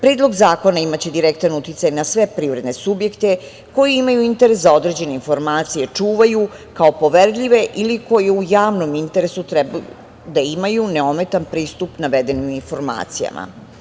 Predlog zakona imaće direktan uticaj na sve privredne subjekte koji imaju interes da određene informacije čuvaju kao poverljive ili koji u javnom interesu treba da imaju neometan pristup navedenu informacijama.